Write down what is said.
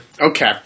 Okay